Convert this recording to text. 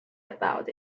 about